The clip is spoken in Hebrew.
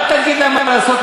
אל תגיד להם מה לעשות,